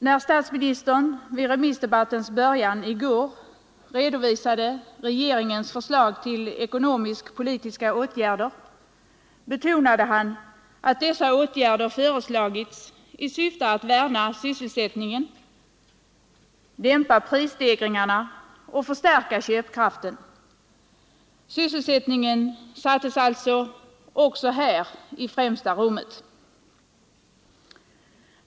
När statsministern vid remissdebattens början i går redovisade regeringens förslag till ekonomisk-politiska åtgärder betonade han att dessa åtgärder hade föreslagits i syfte att värna sysselsättningen, dämpa prisstegringarna och förstärka köpkraften. Sysselsättningen sattes alltså även här i främsta rummet.